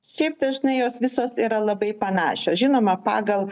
šiaip dažnai jos visos yra labai panašios žinoma pagal